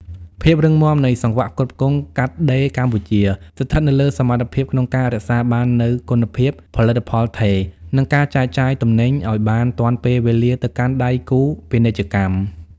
ភាពរឹងមាំនៃសង្វាក់ផ្គត់ផ្គង់កាត់ដេរកម្ពុជាស្ថិតនៅលើសមត្ថភាពក្នុងការរក្សាបាននូវគុណភាពផលិតផលថេរ និងការចែកចាយទំនិញឱ្យបានទាន់ពេលវេលាទៅកាន់ដៃគូពាណិជ្ជកម្ម។